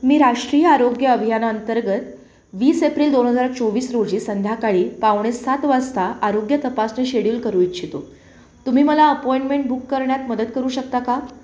मी राष्ट्रीय आरोग्य अभियाना अंतर्गत वीस एप्रिल दोन हजार चोवीस रोजी संध्याकाळी पावणे सात वाजता आरोग्य तपासणी शेड्यूल करू इच्छितो तुम्ही मला अपॉइंमेंट बुक करण्यात मदत करू शकता का